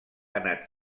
anat